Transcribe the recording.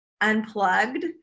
unplugged